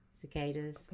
Cicadas